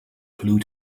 flew